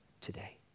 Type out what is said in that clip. today